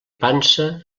pansa